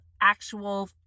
actual